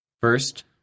First